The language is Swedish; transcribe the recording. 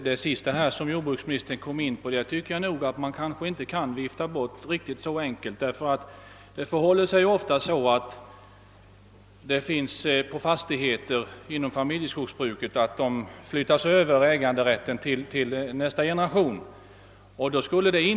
Herr talman! Det som jordbruksministern kom in på nu senast kan man nog inte vifta bort riktigt så lätt. Det förhåller sig ofta så att äganderätten till fastigheter inom familjejordbruket flyttas över till nästa generation.